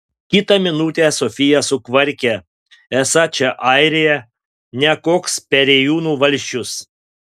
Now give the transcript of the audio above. kitą minutę sofija sukvarkia esą čia airija ne koks perėjūnų valsčius